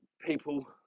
people